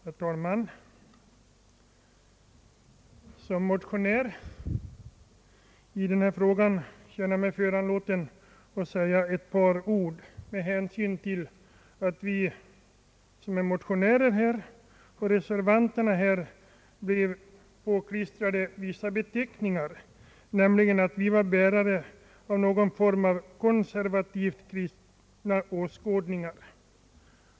Herr talman! Som motionär i denna fråga känner jag mig föranlåten att säga ett par ord med hänsyn till att motionärerna och reservanterna har blivit påklistrade vissa beteckningar, nämligen att de skulle vara bärare av någon form av konservativt kristna åskådningar.